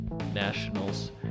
Nationals